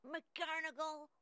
McGarnagle